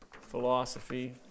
philosophy